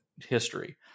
history